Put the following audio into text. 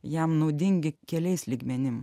jam naudingi keliais lygmenim